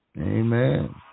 Amen